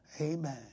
amen